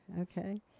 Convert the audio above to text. Okay